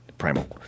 Primal